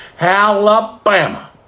Alabama